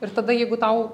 ir tada jeigu tau